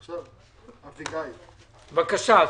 התקציבים, בבקשה.